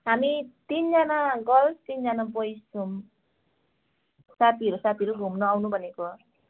हामी तिनजना गर्ल्स तिनजना बोइस छौँ साथीहरू साथीहरू घुम्नु आउनु भनेको